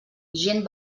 gent